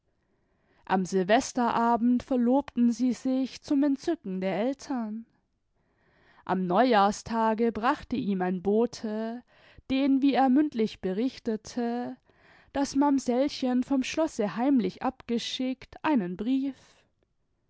am sylvesterabend verlobten sie sich zum entzücken der eltern am neujahrstage brachte ihm ein bote den wie er mündlich berichtete das mamsellchen vom schloße heimlich abgeschickt einen brief